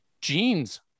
Jeans